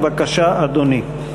בבקשה, אדוני.